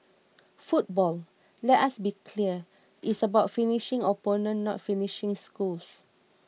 football let us be clear is about finishing opponents not finishing schools